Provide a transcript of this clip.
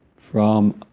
from